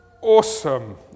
awesome